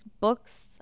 books